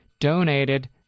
donated